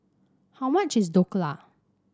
how much is Dhokla